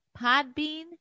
Podbean